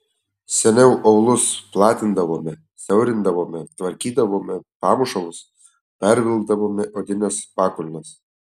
seniau aulus platindavome siaurindavome tvarkydavome pamušalus pervilkdavome odines pakulnes